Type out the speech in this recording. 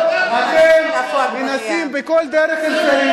כמה אפשר?